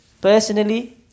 personally